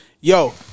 Yo